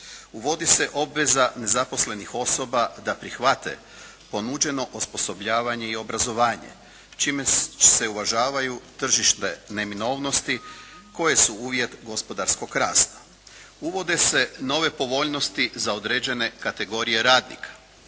Uvodi se obveza nezaposlenih osoba da prihvate ponuđeno osposobljavanje i obrazovanje čime se uvažavaju tržište neminovnosti koje su uvjet gospodarskog rasta. Uvode se nove povoljnosti za određene kategorije radnika.